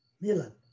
Milan